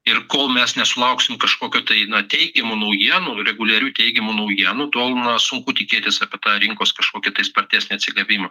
ir kol mes nesulauksim kažkokio tai na teigiamų naujienų reguliarių teigiamų naujienų tol na sunku tikėtis apie tą rinkos kažkokį tai spartesnį atsigavimą